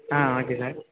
ah okay sir